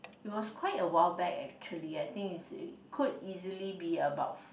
it was quite a while back actually I think it's a could easily be about